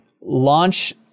launch